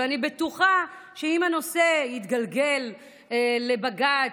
ואני בטוחה שאם הנושא יתגלגל לבג"ץ,